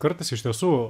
kartais iš tiesų